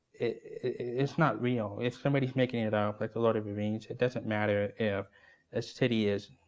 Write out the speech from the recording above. it's not real. if somebody's making it it um up, like the lord of the rings, it doesn't matter if a city is